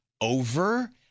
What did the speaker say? over